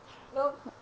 no